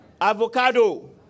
Avocado